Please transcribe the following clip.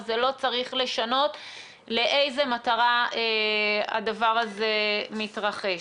זה לא צריך לשנות לאיזו מטרה הדבר הזה מתרחש.